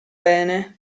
bene